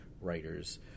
writers